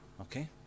Okay